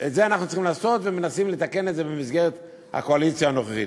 את זה אנחנו צריכים לעשות ומנסים לתקן את זה במסגרת הקואליציה הנוכחית,